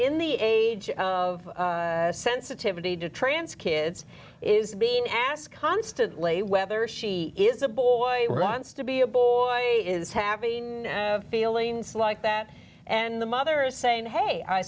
in the age of sensitivity to trance kids is being asked constantly whether she is a boy he wants to be a boy is having feelings like that and the mother is saying hey i